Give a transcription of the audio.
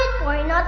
point